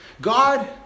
God